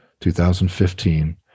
2015